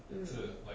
um